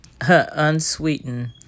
unsweetened